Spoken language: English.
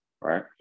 right